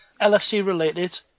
LFC-related